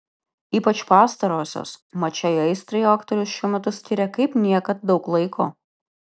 ypač pastarosios mat šiai aistrai aktorius šiuo metu skiria kaip niekad daug laiko